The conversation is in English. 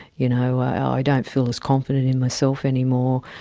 you know i don't feel as confident in myself anymore.